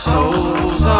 Souls